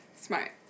Smart